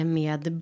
med